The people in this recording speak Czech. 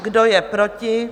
Kdo je proti?